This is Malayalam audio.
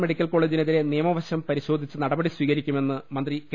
മെഡിക്കൽ കോളജിനെതിരെ നിയമവശം പരിശോധിച്ച് നടപടി സ്വീകരിക്കുമെന്ന് മന്ത്രി കെ